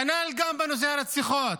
כנ"ל גם בנושא הרציחות.